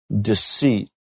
deceit